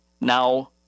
now